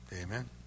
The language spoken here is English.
amen